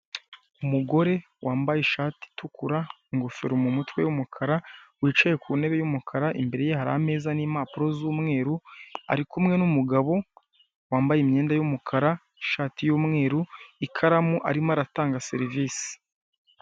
Umugore wambaye ishati itukura, ingofero mu mutwe y'umukara, wicaye ku ntebe y'umukara, imbere ye hari ameza n'impapuro z'umweru, ari kumwe n'umugabo wambaye imyenda y'umukara, ishati y'umweru, ikaramu, arimo aratanga serivise.